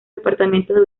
departamentos